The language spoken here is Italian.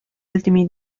ultimi